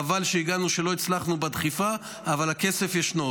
חבל שהגענו, שלא הצלחנו בדחיפה, אבל הכסף ישנו.